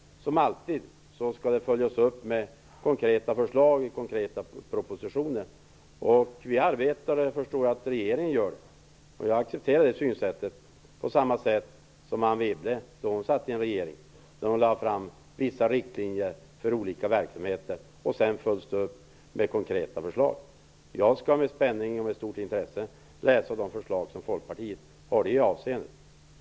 Som alltid skall det följas upp med konkreta förslag i konkreta propositioner. Vi arbetar på detta och jag förstår att regeringen gör det. Jag accepterar det, på samma sätt som Anne Wibble, då hon satt i en regering och lade fram vissa riktlinjer för olika verksamheter som sedan följdes upp med konkreta förslag. Jag skall med spänning och med stort intresse läsa de förslag som Folkpartiet har i det avseendet.